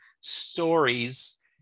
stories